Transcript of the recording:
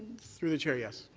through the chair, yes.